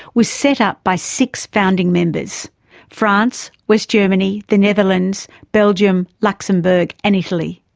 was set up by six founding members france, west germany, the netherlands, belgium, luxembourg, and italy.